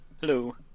Hello